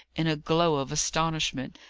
in a glow of astonishment,